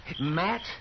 Matt